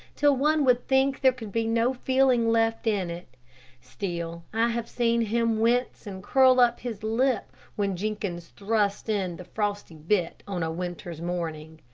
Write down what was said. till one would think there could be no feeling left in it still i have seen him wince and curl up his lip when jenkins thrust in the frosty bit on a winter's morning.